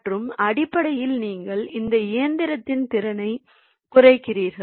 மற்றும் அடிப்படையில் நீங்கள் அந்த இயந்திரத்தின் திறனைக் குறைக்கிறீர்கள்